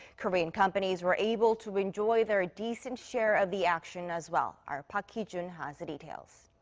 korean companies were able to enjoy their decent share of the action as well. our park hee-jun has the details.